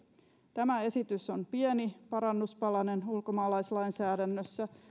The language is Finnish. tämä esitys on pieni parannuspalanen ulkomaalaislainsäädännössä